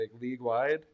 league-wide